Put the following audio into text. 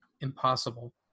impossible